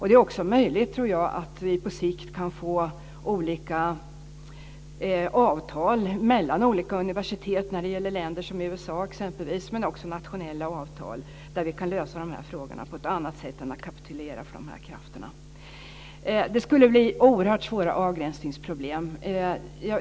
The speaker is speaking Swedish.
Det är också möjligt att vi på sikt kan få olika avtal mellan olika universitet, t.ex. med USA, men också nationella avtal där vi kan lösa frågorna på andra sätt än att kapitulera för krafterna. Det skulle bli oerhört svåra avgränsningsproblem.